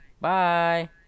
Bye